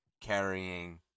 carrying